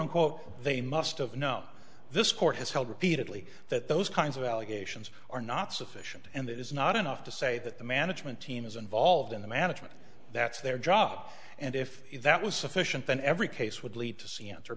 unquote they must of know this court has held repeatedly that those kinds of allegations are not sufficient and it is not enough to say that the management team is involved in the management that's their job and if that was sufficient then every case would lead to